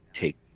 take